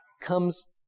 comes